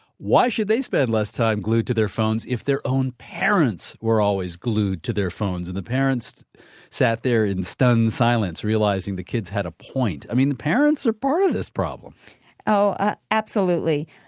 why should they spend less time glued to their phones if their own parents were always glued to their phones? and the parents sat there in stunned silence realizing the kids had a point. i mean, the parents are part of this problem oh ah absolutely.